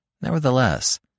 Nevertheless